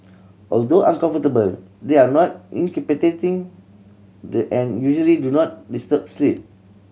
although uncomfortable they are not incapacitating and usually do not disturb sleep